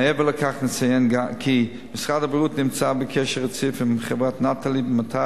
מעבר לכך נציין כי משרד הבריאות נמצא בקשר רציף עם חברת "נטלי" במטרה